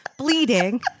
bleeding